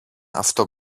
αυτό